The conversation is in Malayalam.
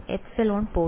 ε പോയി